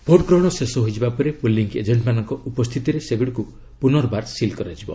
vote ଗ୍ରହଣ ଶେଷ ହୋଇଯିବା ପରେ ପୋଲିଂ ଏଜେଣ୍ଟମାନଙ୍କ ଉପସ୍ଥିତିରେ ସେଗୁଡ଼ିକୁ ପୁନର୍ବାର ସିଲ୍ କରାଯିବ